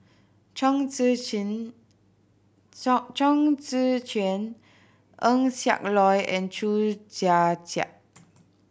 Chong Tze Chien Chong Tze Chien Eng Siak Loy and Chew Joo Chiat